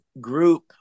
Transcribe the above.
group